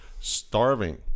starving